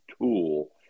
tool